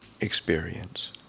experience